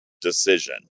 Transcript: decision